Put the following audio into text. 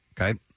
Okay